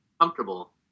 comfortable